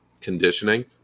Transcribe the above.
conditioning